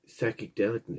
psychedelicness